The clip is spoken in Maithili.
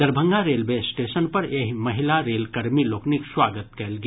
दरभंगा रेलवे स्टेशन पर एहि महिला रेल कर्मी लोकनिक स्वागत कयल गेल